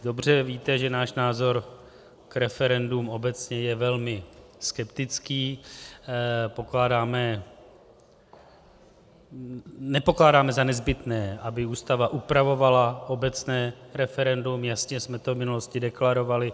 Dobře víte, že náš názor k referendům obecně je velmi skeptický, nepokládáme za nezbytné, aby Ústava upravovala obecné referendum, jasně jsme to v minulosti deklarovali.